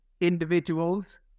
individuals